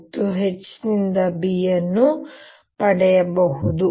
ಮತ್ತು H ನಿಂದ B ಅನ್ನು ಪಡೆಯಬಹುದು